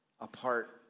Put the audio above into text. apart